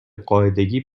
قاعدگی